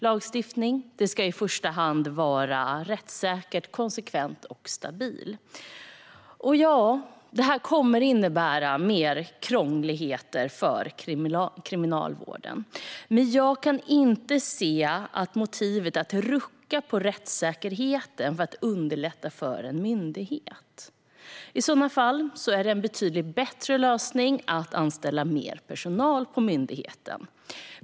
Lagstiftning ska i första hand vara rättssäker, konsekvent och stabil. Ja, det här kommer att innebära mer krångligheter för Kriminalvården, men jag kan inte se motivet att rucka på rättssäkerheten för att underlätta för en myndighet. I sådana fall är det en betydligt bättre lösning att anställa mer personal på myndigheten.